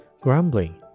grumbling